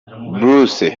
bruce